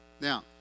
now